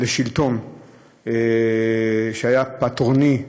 של שלטון שהיה פטרוני,